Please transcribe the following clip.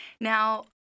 Now